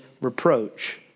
reproach